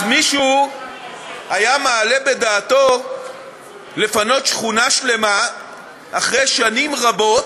אז מישהו היה מעלה בדעתו לפנות שכונה שלמה אחרי שנים רבות,